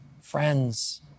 friends